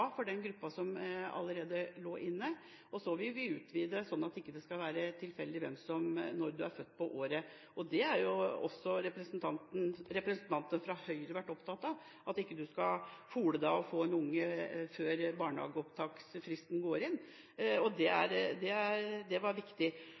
for den gruppa som allerede lå inne. Så ville vi utvide, sånn at det ikke skal være tilfeldig hvem som får barnehageplass, ut fra når på året de er født. Også representantene fra Høyre har jo vært opptatt av at man ikke skal skynde seg å få en unge før fristen for barnehageopptak går ut. Det var viktig. Så til det